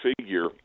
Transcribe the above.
figure